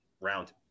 Round